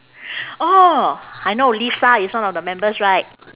orh I know lisa is one of the members right